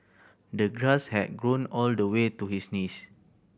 the grass had grown all the way to his knees